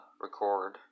record